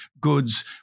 goods